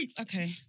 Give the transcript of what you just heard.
Okay